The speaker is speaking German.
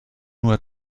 nur